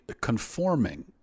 conforming